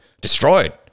Destroyed